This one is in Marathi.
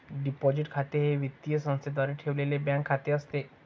डिपॉझिट खाते हे वित्तीय संस्थेद्वारे ठेवलेले बँक खाते असते